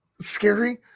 Scary